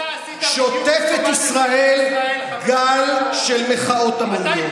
שוטף את ישראל גל של מחאות עממיות.